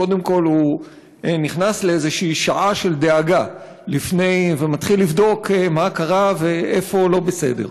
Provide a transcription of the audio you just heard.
קודם כול הוא נכנס לשעה של דאגה ומתחיל לבדוק מה קרה ואיפה הוא לא בסדר,